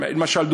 למשל,